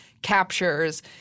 captures